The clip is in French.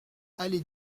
allée